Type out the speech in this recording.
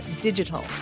digital